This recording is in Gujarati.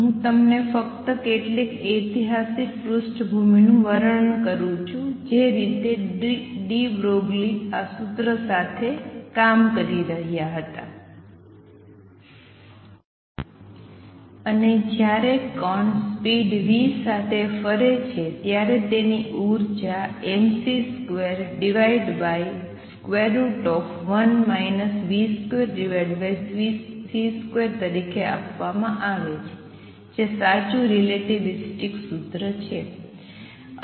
હું તમને ફક્ત કેટલીક ઐતિહાસિક પૃષ્ઠભૂમિ નું વર્ણન કરું છું જે રીતે ડી બ્રોગલી આ સૂત્રો સાથે કામ કરી રહ્યા હતા અને જ્યારે કણ સ્પિડ v સાથે ફરે છે ત્યારે તેની ઉર્જા mc21 v2c2 તરીકે આપવામાં આવે છે જે સાચું રિલેટિવિસ્ટિક સૂત્ર છે